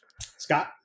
Scott